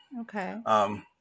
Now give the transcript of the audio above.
Okay